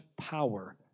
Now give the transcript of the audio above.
power